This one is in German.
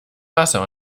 wasser